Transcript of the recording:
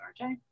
rj